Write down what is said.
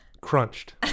Crunched